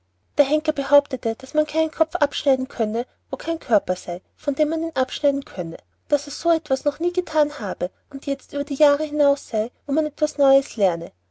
der henker behauptete daß man keinen kopf abschneiden könne wo kein körper sei von dem man ihn abschneiden könne daß er so etwas noch nie gethan habe und jetzt über die jahre hinaus sei wo man etwas neues lerne